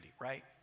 right